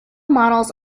models